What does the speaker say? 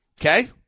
Okay